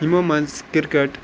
یِمو منٛزٕ کِرکَٹ